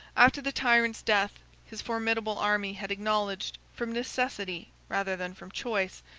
after the tyrant's death, his formidable army had acknowledged, from necessity rather than from choice,